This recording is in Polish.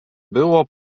było